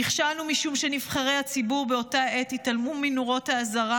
נכשלנו משום שנבחרי הציבור באותה עת התעלמו מנורות האזהרה